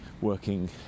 working